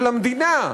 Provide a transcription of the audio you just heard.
של המדינה,